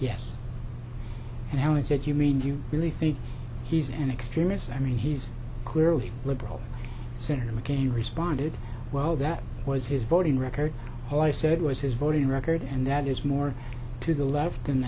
yes and i said you mean you really think he's an extremist i mean he's clearly liberal senator mccain responded well that was his voting record all i said was his voting record and that is more to the left